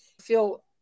feel